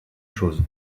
chose